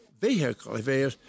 vehicle